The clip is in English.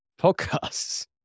podcasts